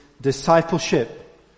discipleship